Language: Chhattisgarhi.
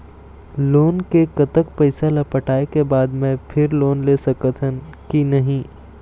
लोन के कतक पैसा ला पटाए के बाद मैं फिर लोन ले सकथन कि नहीं?